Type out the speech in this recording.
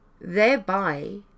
thereby